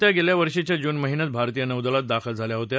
त्या गेल्या वर्षीच्या जून महिन्यात भारतीय नौदलात दाखल झाल्या होत्या